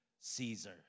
Caesar